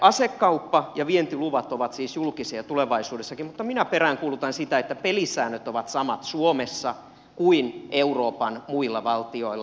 asekauppa ja vientiluvat ovat siis julkisia tulevaisuudessakin mutta minä peräänkuulutan sitä että pelisäännöt ovat samat suomessa kuin euroopan muilla valtioilla